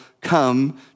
come